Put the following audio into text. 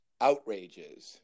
outrages